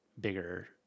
bigger